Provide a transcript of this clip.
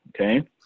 okay